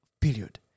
Period